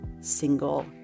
single